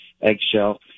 eggshell